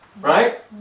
Right